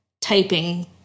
typing